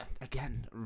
again